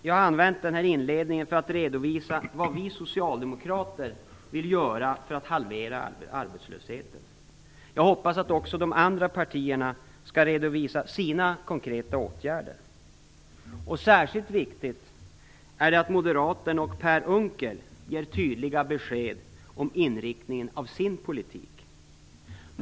Jag har använt den här inledningen för att redovisa vad vi socialdemokrater vill göra för att halvera arbetslösheten. Jag hoppas att också de andra partierna skall redovisa sina konkreta åtgärder. Särskilt viktigt är det att Moderaterna och Per Unckel ger tydliga besked om inriktningen av sin politik.